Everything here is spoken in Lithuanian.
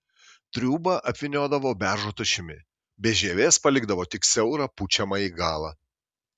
triūbą apvyniodavo beržo tošimi be žievės palikdavo tik siaurą pučiamąjį galą